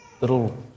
little